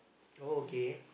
oh okay